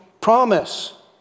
promise